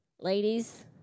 ladies